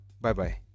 Bye-bye